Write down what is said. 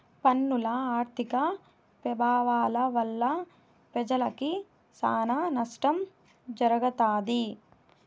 పన్నుల ఆర్థిక పెభావాల వల్ల పెజలకి సానా నష్టం జరగతాది